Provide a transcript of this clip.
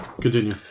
Continue